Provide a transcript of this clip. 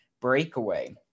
breakaway